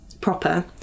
proper